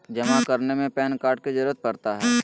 जमा करने में पैन कार्ड की जरूरत पड़ता है?